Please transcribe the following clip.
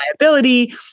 liability